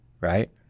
right